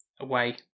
away